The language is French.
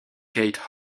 kate